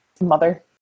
mother